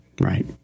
Right